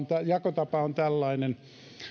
tämä jakotapa on tällainen